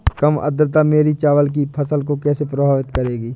कम आर्द्रता मेरी चावल की फसल को कैसे प्रभावित करेगी?